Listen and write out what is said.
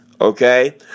okay